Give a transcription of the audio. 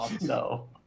no